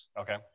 okay